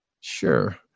sure